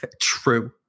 True